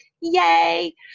Yay